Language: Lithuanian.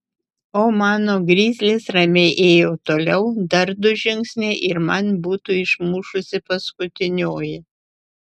o mano grizlis ramiai ėjo toliau dar du žingsniai ir man būtų išmušusi paskutinioji